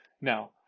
Now